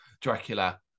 dracula